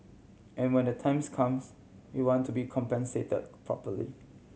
and when the times comes we want to be compensate properly